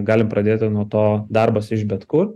galim pradėti nuo to darbas iš bet kur